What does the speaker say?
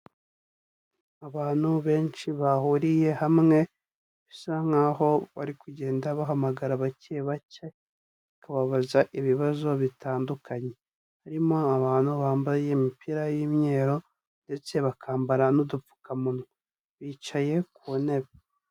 Abantu benshi bahuriye hamwe bisa nkaho bari kugenda bahamagara bake bake bakababaza ibibazo bitandukanye, harimo abantu bambaye imipira y'imyeru ndetse bakambara n'udupfukamunwa, bicaye ku ntebe.